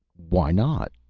why not?